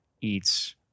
eats